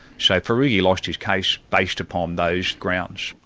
so farugi lost his case based upon those grounds.